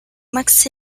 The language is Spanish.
max